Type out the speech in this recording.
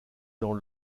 dans